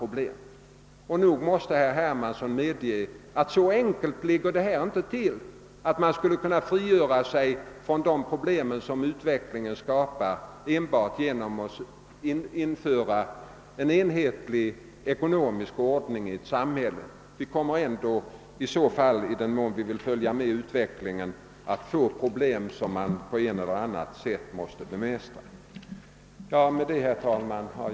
Nog måste herr Hermansson medge att det inte ligger så enkelt till, att man skulle kunna frigöra sig från de problem som utvecklingen skapar enbart genom att införa en enhetlig ekonomisk ordning i samhället. Vi kommer i så fall ändå, i den mån vi vill följa med utvecklingen, att få problem som vi på ett eller annat sätt måste bemästra. Herr talman!